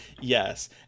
Yes